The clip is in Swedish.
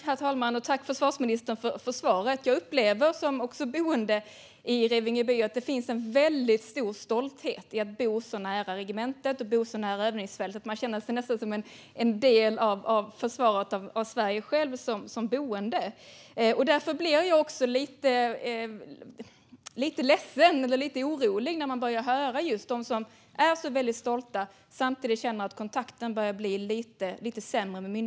Herr talman! Jag tackar försvarsministern för svaret. Jag upplever som boende i Revingeby att det finns en väldigt stor stolthet över att bo så nära regementet och så nära övningsfältet. Som boende känner man sig nästan själv som en del av försvaret av Sverige. Därför blir jag också lite ledsen och orolig när man börjar höra att de som är så väldigt stolta samtidigt känner att kontakten med myndigheten börjar bli lite sämre.